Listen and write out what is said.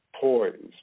poised